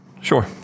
Sure